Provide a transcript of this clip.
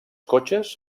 cotxes